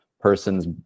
person's